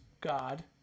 God